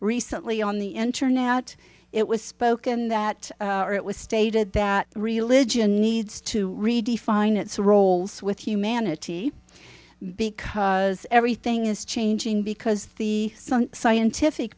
recently on the internet it was spoken that it was stated that religion needs to redefine its roles with humanity because everything is changing because the scientific